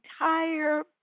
entire